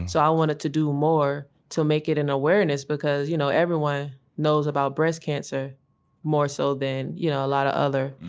so i wanted to do more to make it an awareness. because you know everyone knows about breast cancer more so than, you know, a lot of other.